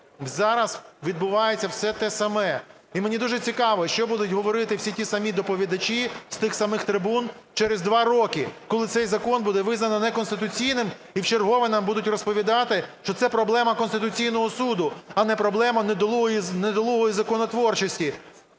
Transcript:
Зараз відбувається все те саме. І мені дуже цікаво, що будуть говорити всі ті самі доповідачі з тих самих трибун через 2 роки, коли цей закон буде визнано неконституційним, і вчергове нам будуть розповідати, що це проблема Конституційного Суду, а не проблема недолугої законотворчості,